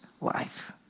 life